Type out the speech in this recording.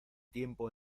tiempo